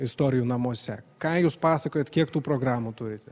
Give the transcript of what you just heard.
istorijų namuose ką jūs pasakojat kiek tų programų turite